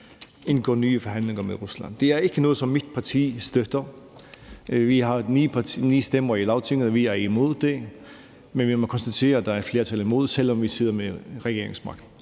indgå nye forhandlinger med Rusland. Det er ikke noget, som mit parti støtter. Vi har ni stemmer i Lagtinget, og vi er imod det, men vi må konstatere, at der er et flertal imod os, selv om vi sidder med regeringsmagten.